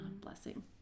blessing